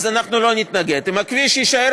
אנחנו לא נתנגד, אם הכביש יישאר